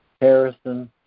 Harrison